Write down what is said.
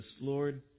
Lord